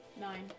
Nine